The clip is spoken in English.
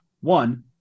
One